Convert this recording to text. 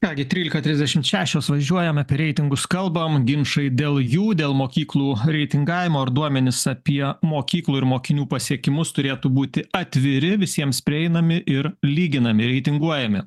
ką gi trylika trisdešimt šešios važiuojam apie reitingus kalbam ginčai dėl jų dėl mokyklų reitingavimo ar duomenys apie mokyklų ir mokinių pasiekimus turėtų būti atviri visiems prieinami ir lyginami reitinguojami